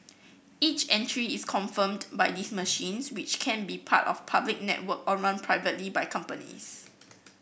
each entry is confirmed by these machines which can be part of public network or run privately by companies